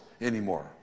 anymore